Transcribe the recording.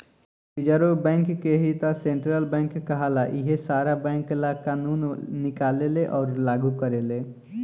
reserve bank के ही त सेन्ट्रल बैंक कहाला इहे सारा बैंक ला कानून निकालेले अउर लागू करेले